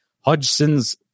Hodgson's